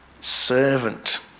servant